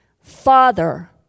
Father